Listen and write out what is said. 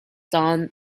done